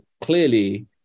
clearly